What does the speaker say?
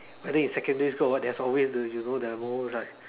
I think in secondary school or what there is always the you know the most like